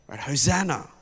Hosanna